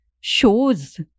shows